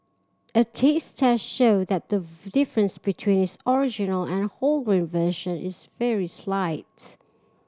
a taste test showed that the difference between its original and wholegrain version is very slight